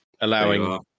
allowing